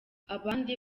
abandi